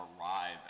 arrive